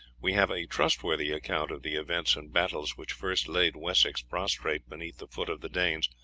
we have a trustworthy account of the events and battles which first laid wessex prostrate beneath the foot of the danes,